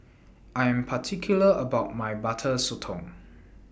I Am particular about My Butter Sotong